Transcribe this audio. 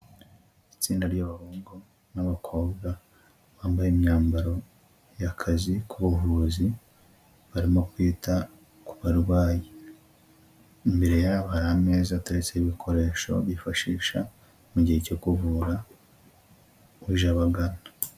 Itsinda ry'abahungu n'abakobwa bambaye imyambaro y'akazi k'ubuvuzi, barimo kwita ku barwayi, imbere yabo hari ameza ateretseho ibikoresho bifashisha mu gihe cyo kuvura uje abagana.